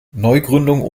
neugründungen